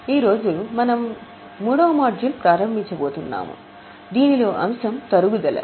ఈ రోజు మనం మాడ్యూల్ 3 ప్రారంభించబోతున్నాము దీనిలో అంశం తరుగుదల